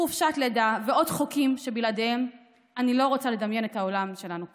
חופשת לידה ועוד חוקים שבלעדיהם אני לא רוצה לדמיין את העולם שלנו פה.